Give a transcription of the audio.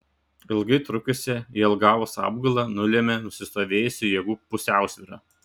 ilgai trukusią jelgavos apgulą nulėmė nusistovėjusi jėgų pusiausvyra